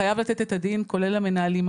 חייב לתת את הדין כולל המנהלים.